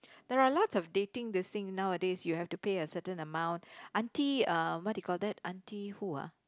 there are lots of dating listing nowadays you have to pay a certain amount aunty uh what do you call that aunty who ah